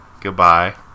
Goodbye